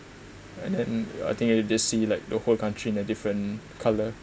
and then I think just see like the whole country in a different colour